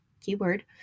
keyword